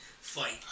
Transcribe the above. fight